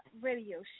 Radio